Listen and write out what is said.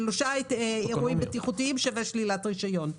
כלומר שלושה אירועים בטיחותיים שווים שלילת רישיון.